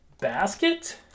Basket